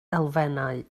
elfennau